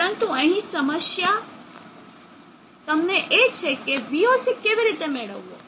પરંતુ અહીં તમને એક જ સમસ્યા છે કે voc કેવી રીતે મેળવવો